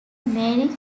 mary